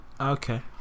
Okay